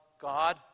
God